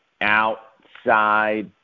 outside